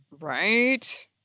Right